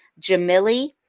Jamili